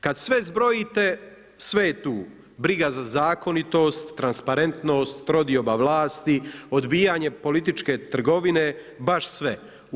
Kada sve zbrojite, sve je tu, briga za zakonitost, transparentnost, trodioba vlasti, odbijanje političke trgovine, baš sve.